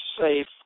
safe